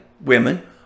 women